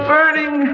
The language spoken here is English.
Burning